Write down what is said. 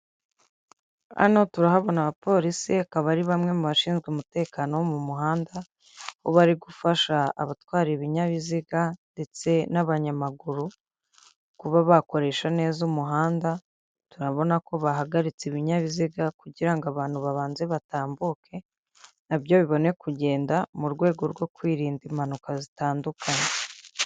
Hano turahabona abapolisi akaba ari bamwe mu bashinzwe umutekano wo mu muhanda, aho bari ari gufasha abatwara ibinyabiziga ndetse n'abanyamaguru kuba bakoresha neza umuhanda, turabona ko bahagaritse ibinyabiziga kugira ngo abantu babanze batambuke na byo bibone kugenda mu rwego rwo kwirinda impanuka zitandukanye.